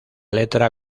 letra